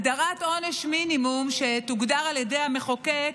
הגדרת עונש מינימום, שתוגדר על ידי המחוקק,